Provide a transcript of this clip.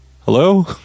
hello